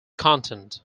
content